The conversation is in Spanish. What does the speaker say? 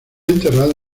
enterrado